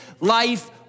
life